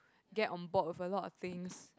get on board with a lot of things